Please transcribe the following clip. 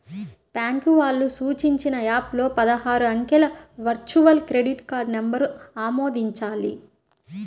bank వాళ్ళు సూచించిన app లో పదహారు అంకెల వర్చువల్ క్రెడిట్ కార్డ్ నంబర్ను ఆమోదించాలి